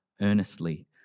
earnestly